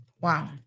Wow